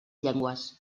llengües